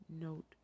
Note